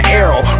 arrow